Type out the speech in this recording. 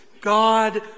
God